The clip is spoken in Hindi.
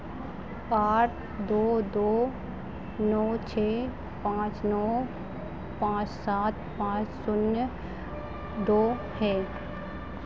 आठ दो दो नौ छः पाँच नौ पाँच सात पाँच शून्य दो है